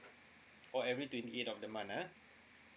oh every twenty eighth of the month ah